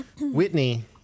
whitney